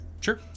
Sure